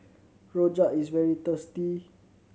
rojak is very tasty